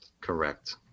Correct